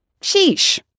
Sheesh